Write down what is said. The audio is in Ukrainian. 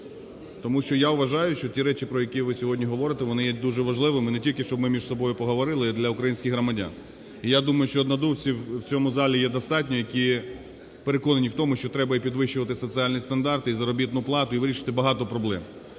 тому що я вважаю, що ті речі, про які ви сьогодні говорите, вони є дуже важливими не тільки, щоб ми між собою поговорили, а для українських громадян. І я думаю, що однодумців в цьому залі є достатньо, які переконані в тому, що треба і підвищувати соціальні стандарти, і заробітну плату, і вирішити багато проблем.